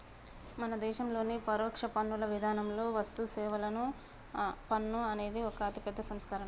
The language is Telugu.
మన దేశంలోని పరోక్ష పన్నుల విధానంలో వస్తుసేవల పన్ను అనేది ఒక అతిపెద్ద సంస్కరనే